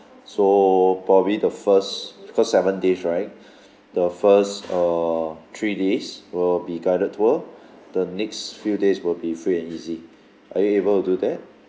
so probably the first because seven days right the first err three days will be guided tour the next few days will be free and easy are you able do that